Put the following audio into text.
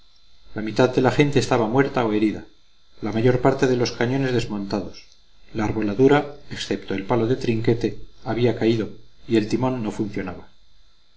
la mitad de la gente estaba muerta o herida la mayor parte de los cañones desmontados la arboladura excepto el palo de trinquete había caído y el timón no funcionaba